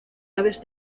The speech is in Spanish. aves